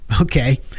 Okay